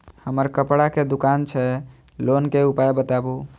हमर कपड़ा के दुकान छै लोन के उपाय बताबू?